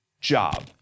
job